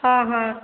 ହଁ ହଁ